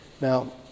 Now